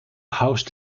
housed